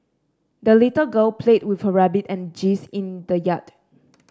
the little girl played with her rabbit and geese in the yard